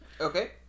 Okay